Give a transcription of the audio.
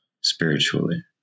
spiritually